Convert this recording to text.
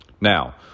Now